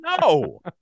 No